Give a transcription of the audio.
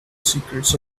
secrets